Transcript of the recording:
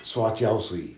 刷胶水